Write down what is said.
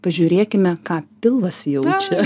pažiūrėkime ką pilvas jaučia